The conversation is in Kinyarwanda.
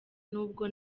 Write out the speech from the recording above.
n’ubwo